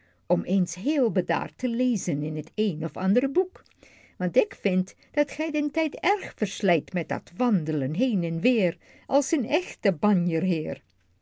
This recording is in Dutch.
om eens heel bedaard te lezen in het een of ander boek want ik vind dat gij den tijd erg verslijt met dat wand'len heen en weer als een echte